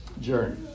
journey